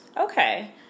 okay